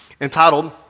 entitled